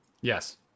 Yes